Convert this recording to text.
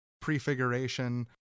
prefiguration